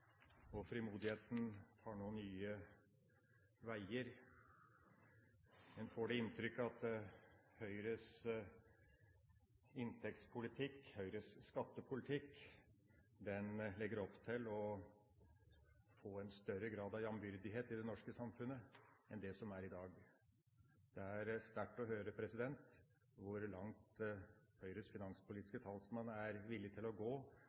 og frimodigheten tar nå nye veier. En får det inntrykk at Høyres inntektspolitikk, Høyres skattepolitikk legger opp til at en får en større grad av jambyrdighet i det norske samfunnet enn det som er tilfellet i dag. Det er sterkt å høre hvor langt Høyres finanspolitiske talsmann er villig til å gå